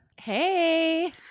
Hey